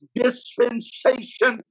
dispensation